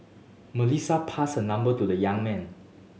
Melissa passed her number to the young man